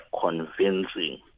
convincing